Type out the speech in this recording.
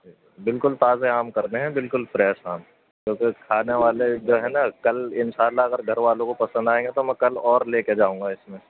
بالکل تازے آم کرنے ہیں بالکل فریش آم کیوں کہ کھانے والے جو ہیں نا کل ان شاء اللہ اگر گھر والوں کو پسند آئیں گے تو میں کل اور لے کے جاؤں گا اس میں